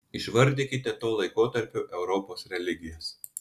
išvardykite to laikotarpio europos religijas